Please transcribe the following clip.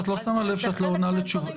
את לא שמה לב שאת לא עונה לשאלותיי?